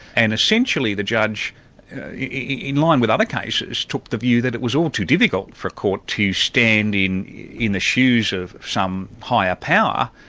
and essentially the judge in line with other cases, took the view that it was all to difficult for a court to stand in in the shoes of some higher power,